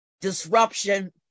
disruption